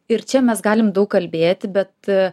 ir čia mes galim daug kalbėti bet